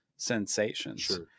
Sensations